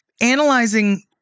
analyzing